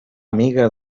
amiga